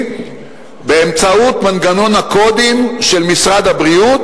באמצעות מנגנון הקודים של משרד הבריאות,